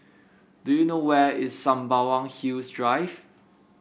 do you know where is Sembawang Hills Drive